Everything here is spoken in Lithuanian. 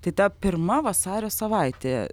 tai ta pirma vasario savaitė